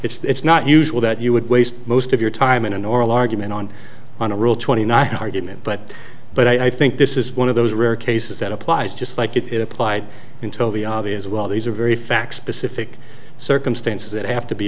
it's not usual that you would waste most of your time in an oral argument on on a rule twenty not argument but but i think this is one of those rare cases that applies just like it is applied until the obvious well these are very fact specific circumstances that have to be